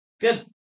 Good